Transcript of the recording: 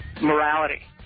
morality